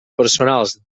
personals